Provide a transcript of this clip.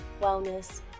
wellness